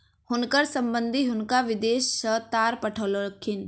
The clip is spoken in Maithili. हुनकर संबंधि हुनका विदेश सॅ तार पठौलखिन